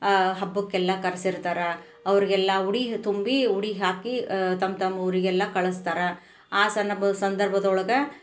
ಹಬ್ಬಕ್ಕೆಲ್ಲ ಕರ್ಸಿರ್ತಾರೆ ಅವ್ರಿಗೆಲ್ಲ ಉಡಿ ತುಂಬಿ ಉಡಿ ಹಾಕಿ ತಮ್ಮ ತಮ್ಮ ಊರಿಗೆಲ್ಲ ಕಳಸ್ತಾರೆ ಆ ಸನಬ ಸಂದರ್ಭದೊಳಗೆ